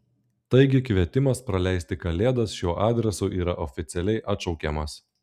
taigi kvietimas praleisti kalėdas šiuo adresu yra oficialiai atšaukiamas